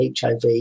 HIV